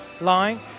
line